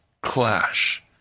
clash